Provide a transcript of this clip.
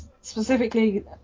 Specifically